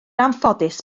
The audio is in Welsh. anffodus